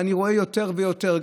ואני רואה יותר ויותר.